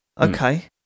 Okay